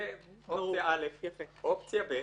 זו אופציה א'.